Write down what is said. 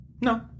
No